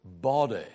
body